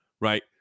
right